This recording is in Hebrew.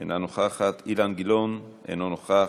אינה נוכחת, אילן גילאון, אינו נוכח,